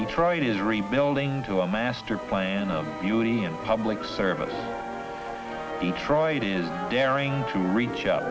detroit is rebuilding to a master plan of beauty and public service detroit is daring to reach out